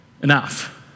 Enough